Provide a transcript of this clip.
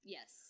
Yes